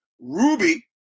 Ruby